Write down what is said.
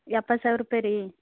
ಎಪ್ಪತ್ತು ಸಾವಿರ ರೂಪಾಯಿ ರೀ